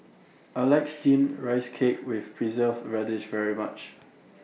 I like Steamed Rice Cake with Preserved Radish very much